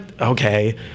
Okay